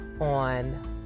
on